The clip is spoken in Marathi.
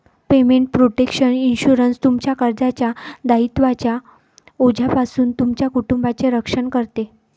पेमेंट प्रोटेक्शन इन्शुरन्स, तुमच्या कर्जाच्या दायित्वांच्या ओझ्यापासून तुमच्या कुटुंबाचे रक्षण करते